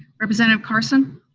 representative carson?